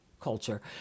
culture